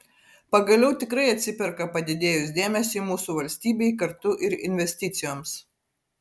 pagaliau tikrai atsiperka padidėjus dėmesiui mūsų valstybei kartu ir investicijoms